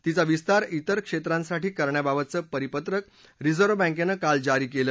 तिचा विस्तार त्रिर क्षेत्रांसाठी करण्याबाबतचं परिपत्रक रिझर्व्ह बँकेनं काल जारी केलं